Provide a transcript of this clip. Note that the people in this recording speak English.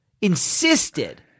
insisted